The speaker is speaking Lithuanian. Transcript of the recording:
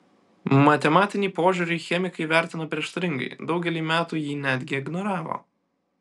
matematinį požiūrį chemikai vertino prieštaringai daugelį metų jį netgi ignoravo